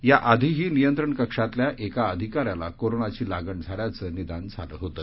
याआधीही नियंत्रण कक्षातल्या एका अधिकाऱ्याला कोरोनाची लागण झाल्याचं निदान झालं होतं